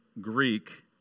Greek